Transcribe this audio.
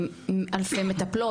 אלפי מטפלות.